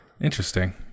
Interesting